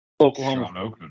Oklahoma